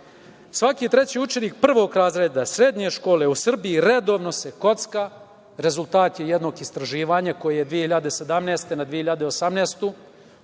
kladi. Svaki treći učenik prvog razreda srednje škole u Srbiji redovno se kocka, rezultat je jednog istraživanja, koji je 2017. na 2018. godinu,